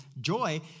Joy